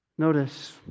Notice